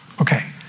okay